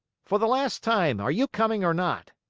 for the last time, are you coming or not?